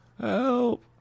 Help